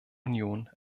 union